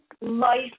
life